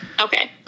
Okay